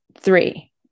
three